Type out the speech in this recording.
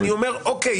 אני אומר אוקיי,